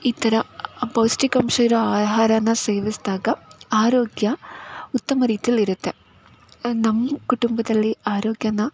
ಈ ಥರ ಪೌಷ್ಟಿಕಾಂಶ ಇರೋ ಆಹಾರನ ಸೇವಿಸಿದಾಗ ಆರೋಗ್ಯ ಉತ್ತಮ ರೀತಿಯಲ್ಲಿರುತ್ತೆ ನಮ್ಮ ಕುಟುಂಬದಲ್ಲಿ ಆರೋಗ್ಯನ